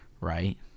right